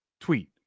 tweet